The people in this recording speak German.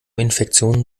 infektionen